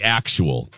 actual